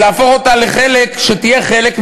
להפוך אותה שתהיה חלק,